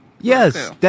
Yes